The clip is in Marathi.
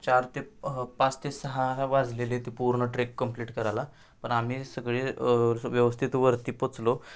चार ते पाच ते सहा वाजलेले ते पूर्ण ट्रेक कम्प्लीट करायला पण आम्ही सगळे व्यवस्थित वरती पोचलो